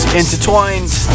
intertwined